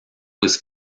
was